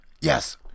Yes